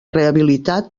rehabilitat